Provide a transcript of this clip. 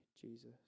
Jesus